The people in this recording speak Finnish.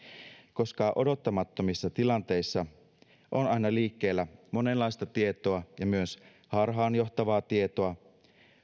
koska odottamattomissa tilanteissa on aina liikkeellä monenlaista tietoa ja myös harhaanjohtavaa tietoa